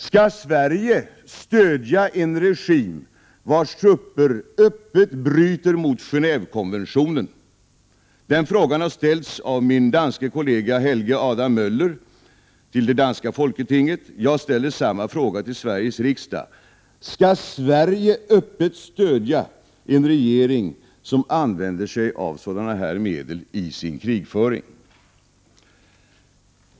Skall Sverige stödja en regim vars trupper öppet bryter mot Genévekonventionen? Den frågan har ställts av min danske kollega Helge Adam Möller till det danska folketinget. Jag ställer samma fråga till Sveriges riksdag: Skall Sverige öppet stödja en regering som använder sig av sådana här medel i sin krigföring?